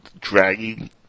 dragging